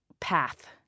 path